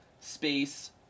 space